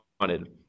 wanted